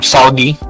Saudi